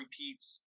repeats